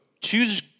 choose